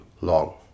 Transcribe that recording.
long